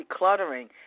decluttering